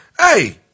hey